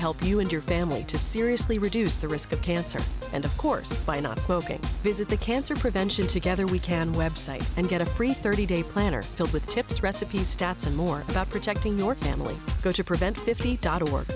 help you and your family to seriously reduce the risk of cancer and of course by not smoking visit the cancer prevention together we can website and get a free thirty day planner filled with tips recipes stats and more about protecting your family go to prevent